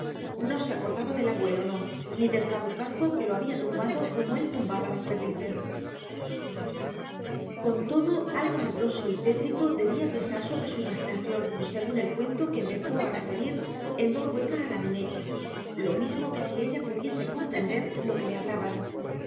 no se acordaba del abuelo no ni del trabucazo que lo había tumbado como él tumbaba las perdices con todo algo medroso y tétrico debía pesar sobre su imaginación según el cuento que empezó a referir en voz hueca a la nené lo mismo que si ella pudiese comprender lo que le hablaban